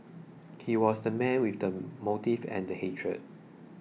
he was the man with the motive and the hatred